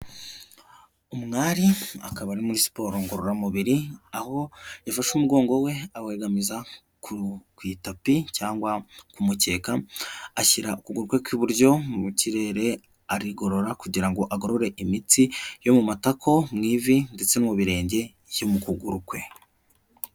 Umwari akaba ari muri siporo ngororamubiri, aho yafashe umugongo we awegamiza ku itapi cyangwa ku mukeka, ashyira ukuguru kwe kw'iburyo mu kirere, arigorora kugira ngo agorore imitsi yo mu matako, mu ivi ndetse no mu birenge, yo mu kuguru kwe.